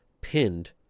pinned